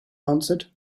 answered